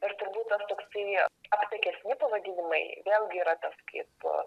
ir turbūt tas toksai aptakesni pavadinimai vėlgi yra tas kaip